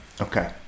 Okay